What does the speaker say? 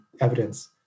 evidence